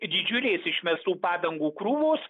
didžiulės išmestų padangų krūvos